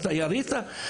אתם יריתם.